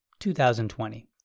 2020